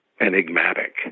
enigmatic